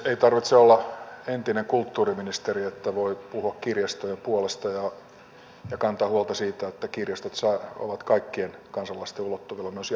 ei tarvitse olla entinen kulttuuriministeri että voi puhua kirjastojen puolesta ja kantaa huolta siitä että kirjastot ovat kaikkien kansalaisten ulottuvilla myös jatkossa